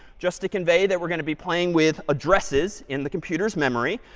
just to convey that we're going to be playing with addresses in the computer's memory.